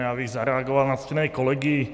Já bych zareagoval na ctěné kolegy.